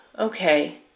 okay